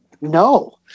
No